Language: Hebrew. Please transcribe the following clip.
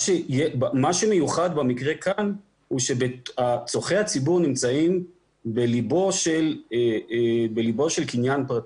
מה מיוחד במקרה כאן הוא שצורכי הציבור נמצאים בליבו של קניין פרטי.